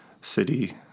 city